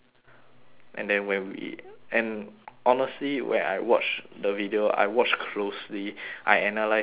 and then when we and honestly when I watched the video I watched closely I analyse the video